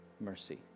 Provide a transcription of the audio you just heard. mercy